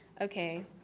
Okay